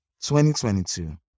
2022